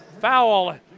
foul